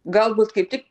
galbūt kaip tik